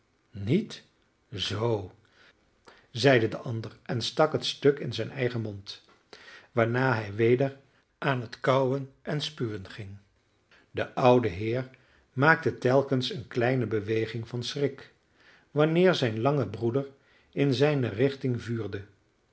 niet zoo zeide de ander en stak het stuk in zijn eigen mond waarna hij weder aan het kauwen en spuwen ging de oude heer maakte telkens eene kleine beweging van schrik wanneer zijn lange broeder in zijne richting vuurde